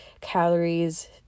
calories